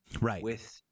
Right